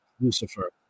Lucifer